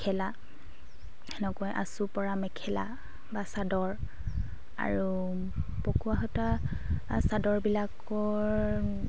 মেখেলা সেনেকৈ আঁচুপৰা মেখেলা বা চাদৰ আৰু পকোৱাসূতা চাদৰবিলাকৰ